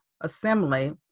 Assembly